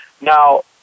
Now